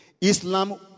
Islam